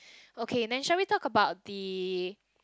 okay then shall we talk about the